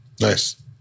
Nice